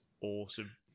awesome